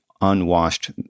unwashed